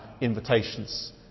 invitations